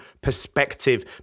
perspective